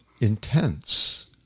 intense